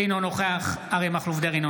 אינו נוכח אריה מכלוף דרעי,